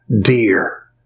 dear